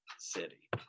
City